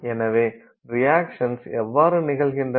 எனவே ரியாக்சன்கள் எவ்வாறு நிகழ்கின்றன